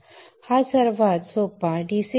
हा सर्वात सोपा DC DC कनवर्टर असेल